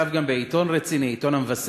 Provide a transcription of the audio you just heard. זה נכתב גם בעיתון רציני, עיתון "המבשר".